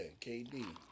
KD